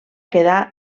quedar